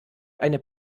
eine